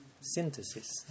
synthesis